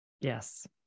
Yes